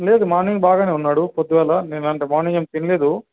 లేదు మార్నింగ్ బాగానే ఉన్నాడు పొద్దుగాల నిన్నంతా మార్నింగ్ ఏం తినలేదు